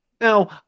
Now